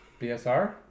BSR